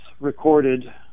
Recorded